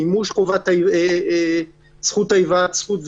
מימוש חובת זכות ההיוועצות,